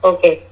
Okay